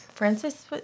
Francis